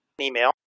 email